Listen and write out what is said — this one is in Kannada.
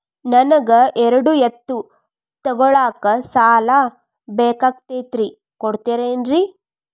ನನಗ ಎರಡು ಎತ್ತು ತಗೋಳಾಕ್ ಸಾಲಾ ಬೇಕಾಗೈತ್ರಿ ಕೊಡ್ತಿರೇನ್ರಿ?